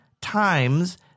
times